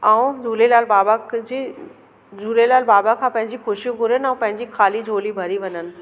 ऐं झूलेलाल बाबा जे झूलेलाल बाबा खां पंहिंजी ख़ुशियूं घुरनि ऐं पंहिंजी ख़ाली झोली भरी वञनि